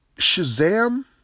Shazam